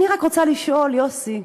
אני רק רוצה לשאול, יוסי,